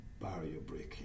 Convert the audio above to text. barrier-breaking